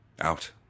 Out